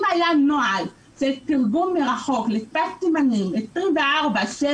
אם היה נוהל שיש תרגום מרחוק לשפת סימנים 24/7,